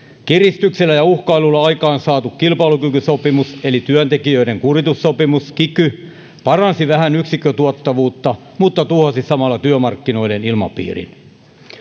kiristyksellä ja uhkailulla aikaansaatu kilpailukykysopimus eli työntekijöiden kuritussopimus kiky paransi vähän yksikkötuottavuutta mutta tuhosi samalla työmarkkinoiden ilmapiirin